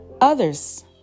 others